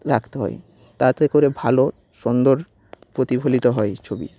রাখতে হয় তাতে করে ভালো সুন্দর প্রতিফলিত হয় ছবি